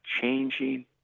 changing